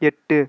எட்டு